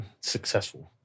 successful